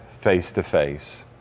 face-to-face